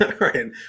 right